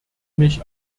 mich